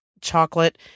chocolate